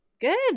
Good